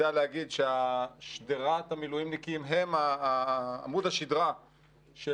להגיש ששדרת המילואים היא עמוד השדרה של